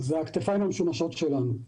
הכתפיים המשומשות שלנו.